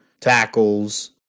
tackles